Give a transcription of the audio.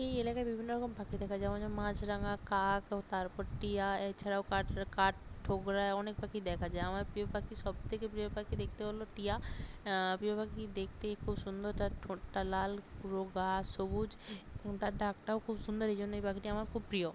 এই এলাকায় বিভিন্ন রকম পাখি দেখা যায় যেমন আছে মাছরাঙা কাক ও তারপর টিয়া এছাড়াও কাঠরা কাঠঠোকরা আর অনেক পাখি দেখা যায় আমার প্রিয় পাখি সবথেকে প্রিয় পাখি দেখতে হলো টিয়া প্রিয় পাখি দেখতে খুব সুন্দর তার ঠোঁটটা লাল রোগা সবুজ এবং তার ডাকটাও খুব সুন্দর এই জন্যেই এই পাখিটা আমার খুব প্রিয়